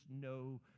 no